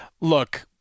look